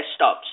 desktops